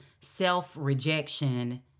self-rejection